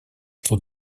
что